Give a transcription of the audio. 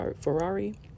ferrari